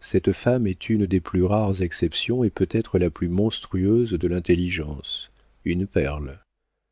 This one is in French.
cette femme est une des plus rares exceptions et peut-être la plus monstrueuse de l'intelligence une perle